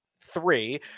three